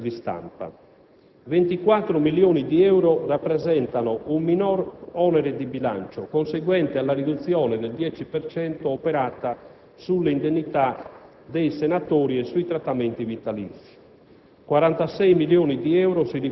anche sugli organi di stampa. La cifra di 24 milioni di euro rappresentano un minor onere di bilancio, conseguente alla riduzione del 10 per cento operata sulle indennità dei senatori e sui trattamenti vitalizi.